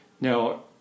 Now